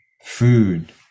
food